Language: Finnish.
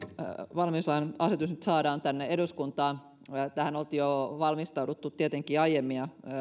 valmiuslain asetus nyt saadaan tänne eduskuntaan tähän oltiin tietenkin valmistauduttu jo aiemmin ja